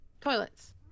toilets